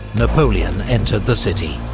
napoleon entered the city.